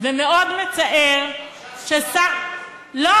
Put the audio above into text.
ומאוד מצער ששר, עכשיו סיבכת אותו.